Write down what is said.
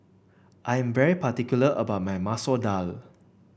I am very particular about my Masoor Dal